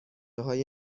های